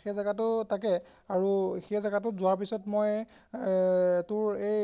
সেই জেগাটো তাকে আৰু সেই জেগাটোত যোৱাৰ পিছত মই তোৰ এই